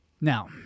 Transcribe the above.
Now